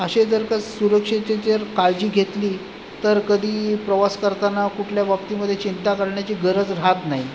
असे जर का सुरक्षेचे जर काळजी घेतली तर कधी प्रवास करताना कुठल्या बाबतीमध्ये चिंता करण्याची गरज राहत नाही